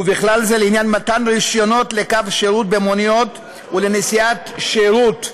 ובכלל זה לעניין מתן רישיונות לקו שירות במונית ולנסיעת שירות במונית.